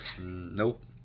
Nope